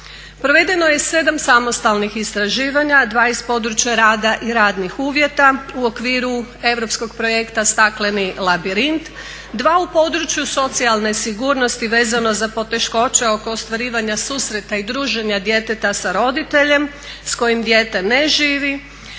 Provedeno je 7 samostalnih istraživanja, 2 iz područja rada i radnih uvjeta u okviru europskog projekta "Stakleni labirint", 2 u području socijalne sigurnosti vezano za poteškoće oko ostvarivanja susreta i druženja djeteta sa roditeljem s kojim dijete ne živi.